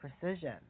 precision